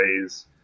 ways